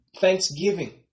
Thanksgiving